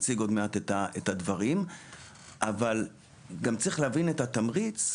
אבל גם צריך להבין את התמריץ.